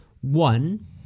One